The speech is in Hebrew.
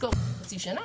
משכורת של חצי שנה,